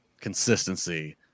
consistency